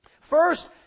First